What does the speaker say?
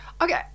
Okay